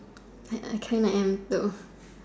I I kind of into